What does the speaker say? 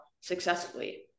successfully